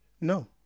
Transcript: No